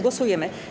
Głosujemy.